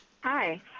Hi